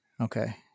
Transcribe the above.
Okay